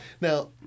now